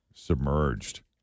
Submerged